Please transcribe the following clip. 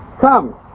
Come